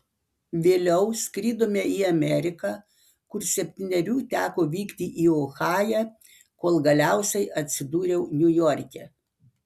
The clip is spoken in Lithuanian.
vėliau skridome į ameriką kur septynerių teko vykti į ohają kol galiausiai atsidūriau niujorke